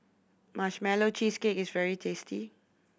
Marshmallow Cheesecake is very tasty